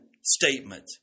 statement